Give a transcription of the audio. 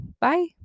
Bye